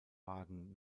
wagen